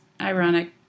ironic